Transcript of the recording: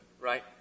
right